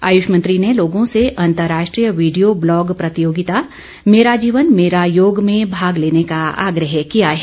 आयुष मंत्री ने ँलोगों से अंतरराष्ट्रीय वीडियो ब्लॉग प्रतियोगिता मेरा जीवन भेरा योग में भाग लेने का आग्रह किया है